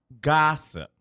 gossip